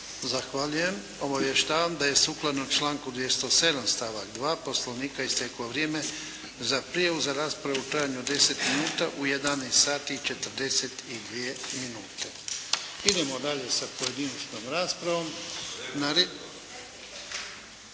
Zahvaljujem. Obavještavam da je sukladno članku 207. stavak 2. Poslovnika isteklo vrijeme za prijavu, za raspravu u trajanju od 10 minuta u 11 sati i 42 minute. Idemo dalje sa pojedinačnom raspravom.